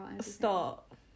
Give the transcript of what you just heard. stop